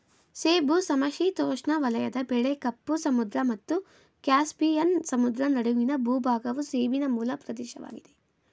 ಸೇಬು ಸಮಶೀತೋಷ್ಣ ವಲಯದ ಬೆಳೆ ಕಪ್ಪು ಸಮುದ್ರ ಮತ್ತು ಕ್ಯಾಸ್ಪಿಯನ್ ಸಮುದ್ರ ನಡುವಿನ ಭೂಭಾಗವು ಸೇಬಿನ ಮೂಲ ಪ್ರದೇಶವಾಗಿದೆ